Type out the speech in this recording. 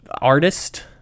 artist